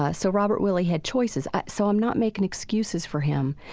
ah so robert willie had choices. so i'm not making excuses for him,